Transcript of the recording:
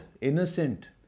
innocent